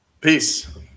Peace